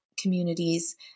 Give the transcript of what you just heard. Communities